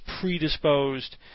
predisposed